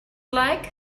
like